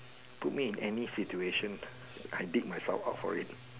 put me in any situation I dig myself out for it